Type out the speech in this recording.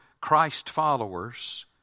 Christ-followers